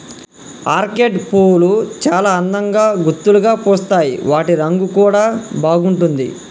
orchid పువ్వులు చాల అందంగా గుత్తులుగా పూస్తాయి వాటి రంగు కూడా బాగుంటుంది